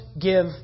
give